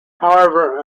however